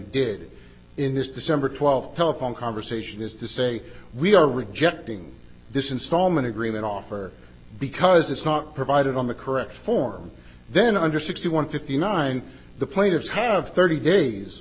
did in this december twelfth telephone conversation is to say we are rejecting this installment agreement offer because it's not provided on the correct form then under sixty one fifty nine the plaintiffs have thirty days